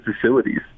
facilities